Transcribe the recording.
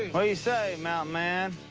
what do you say, mountain man?